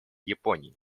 японией